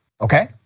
okay